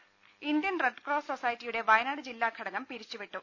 രുമ Indian red cross സൊസൈറ്റിയുടെ വയനാട് ജില്ലാ ഘടകം പിരിച്ചു വിട്ടു